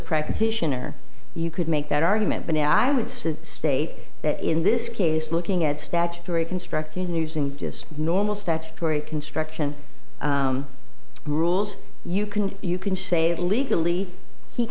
practitioner you could make that argument but i would say state that in this case looking at statutory construction using just normal statutory construction rules you can you can say that legally he